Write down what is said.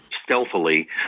Stealthily